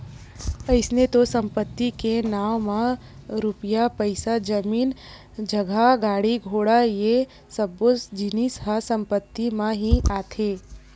अइसे तो संपत्ति के नांव म रुपया पइसा, जमीन जगा, गाड़ी घोड़ा ये सब्बो जिनिस ह संपत्ति म ही आथे